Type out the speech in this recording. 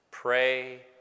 Pray